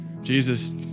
Jesus